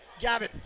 Gavin